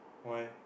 why